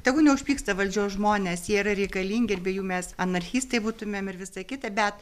tegu neužpyksta valdžios žmonės jie yra reikalingi ir be jų mes anarchistai būtumėm ir visa kita bet